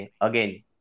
again. (